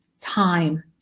time